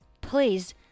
Please